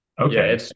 Okay